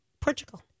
Portugal